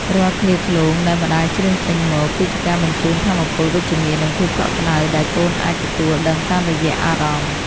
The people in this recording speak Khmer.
រាល់ឃ្លាឃ្លោងដែលម្ដាយច្រៀងចេញមក គឺជាការបញ្ជូនថាមពលវិជ្ជមាន និងភាពកក់ក្តៅដែលកូនអាចទទួលដឹងតាមរយៈអារម្មណ៍។